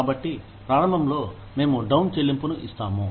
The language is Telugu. కాబట్టి ప్రారంభంలో మేము డౌన్ చెల్లింపును ఇస్తాము